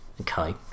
okay